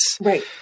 Right